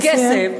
שאין כסף,